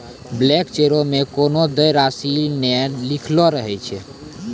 blank चेको मे कोनो देय राशि नै लिखलो रहै छै